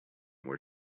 were